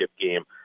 game